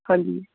ਹਾਂਜੀ